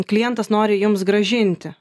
klientas nori jums grąžinti